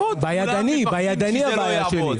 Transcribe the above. הבעיה היא אם זה יעבוד או לא יעבוד.